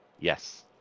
Yes